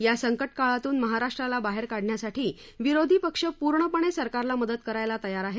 या सक्टिकाळातून महाराष्ट्राला बाहेर काढण्यासाठी विरोधी पक्ष पूर्णपणे सरकारला मदत करायला तयार आहे